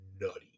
nutty